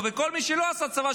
וכל מי שלא עשה צבא,